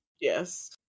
yes